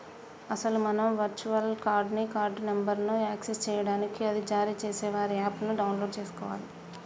అసలు మనం virtual card ని కార్డు నెంబర్ను యాక్సెస్ చేయడానికి అది జారీ చేసే వారి యాప్ ను డౌన్లోడ్ చేసుకోవాలి